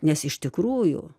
nes iš tikrųjų